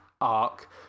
arc